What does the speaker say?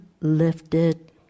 lifted